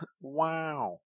Wow